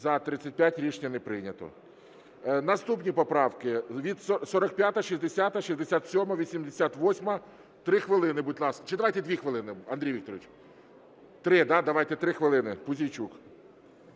За-35 Рішення не прийнято. Наступні поправки: 45, 60, 67, 88. Три хвилини, будь ласка. Чи давайте 2 хвилини, Андрій Вікторович. Три, да? Давайте 3 хвилини. Пузійчук.